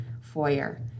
foyer